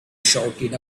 shouted